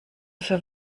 für